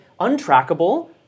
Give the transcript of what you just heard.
untrackable